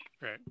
right